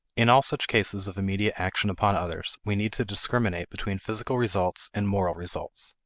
in all such cases of immediate action upon others, we need to discriminate between physical results and moral results.